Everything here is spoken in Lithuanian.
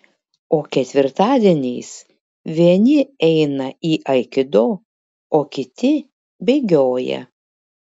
o ketvirtadieniais vieni eina į aikido o kiti bėgioja